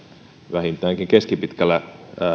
vähintäänkin keskipitkällä